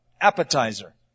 appetizer